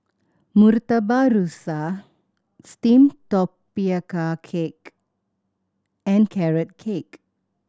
Murtabak Rusa steamed tapioca cake and Carrot Cake